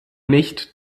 nicht